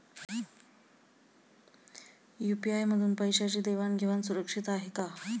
UPI मधून पैशांची देवाण घेवाण सुरक्षित आहे का?